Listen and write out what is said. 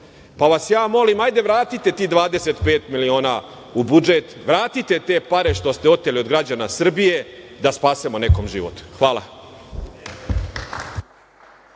Pa vas molim, hajde vratite tih 25 miliona u budžet, vratite te pare što ste oteli od građana Srbije da spasimo nekom život. Hvala.